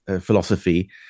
philosophy